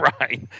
right